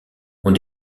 ont